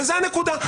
וזו הנקודה.